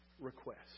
request